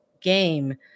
game